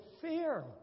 fear